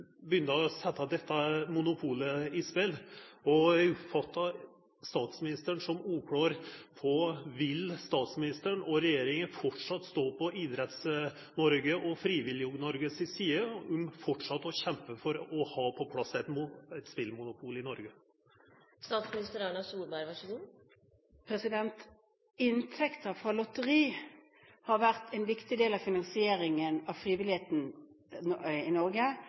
dette monopolet i spel, og eg oppfattar statsministeren som uklår på om ho og regjeringa framleis vil stå på Idretts-Noreg og Frivillig-Noreg si side med tanke på framleis å kjempe for å ha på plass eit spelmonopol i Noreg. Inntekter fra lotteri har vært en viktig del av finansieringen av frivilligheten i